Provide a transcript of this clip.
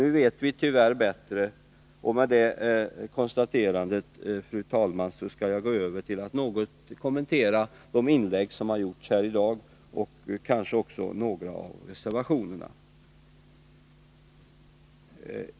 Nu vet vi tyvärr mer, och med detta konstaterande, fru talman, skall jag gå över till att något kommentera de inlägg som gjorts här i dag och kanske också några av reservationerna.